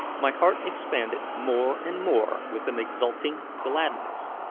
my heart expanded more and more with an exulting gladness,